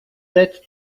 that